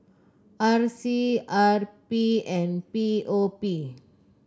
R C R P and P O P